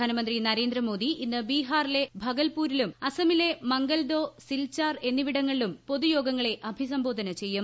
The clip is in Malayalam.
പ്രധാന്മുന്തി നരേന്ദ്രമോദി ഇന്ന് ബീഹാറിലെ ഭഗൽപൂരിലും അസമിലെ ് മംഗൽദോ സിൽചാർ എന്നിവടങ്ങളിലും പൊതുയോഗൃങ്ങളെ അഭിസംബോധന ചെയ്യും